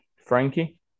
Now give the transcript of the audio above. Frankie